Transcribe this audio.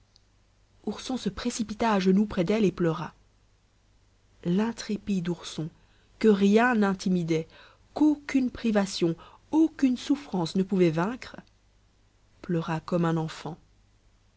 ourson se précipita à genoux près d'elle et pleura l'intrépide ourson que rien n'intimidait qu'aucune privation aucune souffrance ne pouvait vaincre pleura comme un enfant